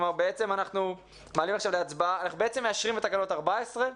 אנחנו עכשיו מעלים להצבעה, מאשרים את תקנות 14,